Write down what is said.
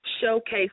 showcase